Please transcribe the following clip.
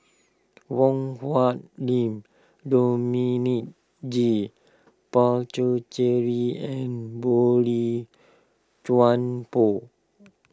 Wong Hung Lim Dominic G Puthucheary and Boey Chuan Poh